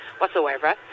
whatsoever